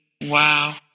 wow